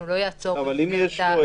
מה אם יש לו איזו